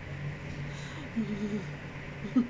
mm mm mm mm mmhmm